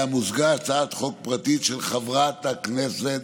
שאליה מוזגה הצעת חוק פרטית של חברת הכנסת